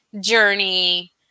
journey